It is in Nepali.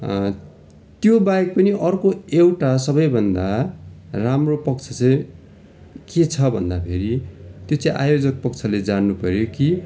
त्यो बाहेक पनि अर्को एउटा सबैभन्दा राम्रो पक्ष चाहिँ के छ भन्दा फेरि त्यो चाहिँ आयोजक पक्षले जान्नु पऱ्यो कि